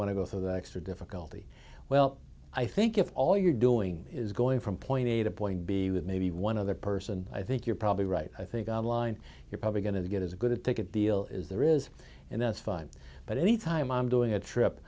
want to go through the extra difficulty well i think if all you're doing is going from point a to point b with maybe one other person i think you're probably right i think on line you're probably going to get as good a ticket deal is there is and that's fine but any time i'm doing a trip